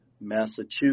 Massachusetts